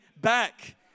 back